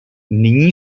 nyní